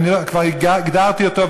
כבר הגדרתי אותו,